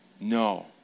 no